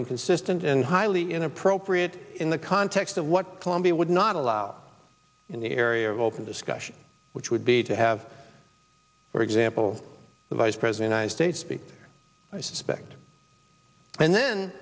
inconsistent and highly inappropriate in the context of what columbia would not allow in the area of open discussion which would be to have for example the vice president i state speak i suspect and then